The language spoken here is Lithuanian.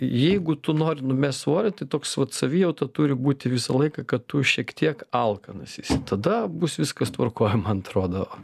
jeigu tu nori numest svorį tai toks vat savijauta turi būti visą laiką kad tu šiek tiek alkanas esi tada bus viskas tvarkoj man atrodo